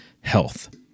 health